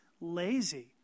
lazy